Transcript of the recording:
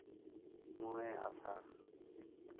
ᱢᱚᱬᱮ ᱟᱥᱟᱲ